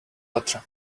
letter